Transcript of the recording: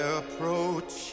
approach